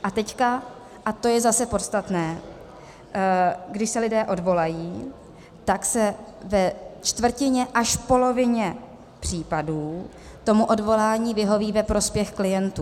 A teď a to je zase podstatné když se lidé odvolají, tak se ve čtvrtině až polovině případů tomu odvolání vyhoví ve prospěch klientů.